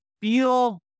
feel